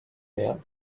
mehr